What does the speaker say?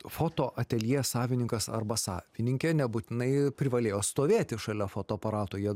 fotoateljė savininkas arba savininkė nebūtinai privalėjo stovėti šalia fotoaparato jie